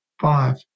Five